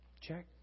Check